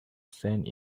sand